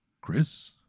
Chris